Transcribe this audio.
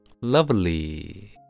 lovely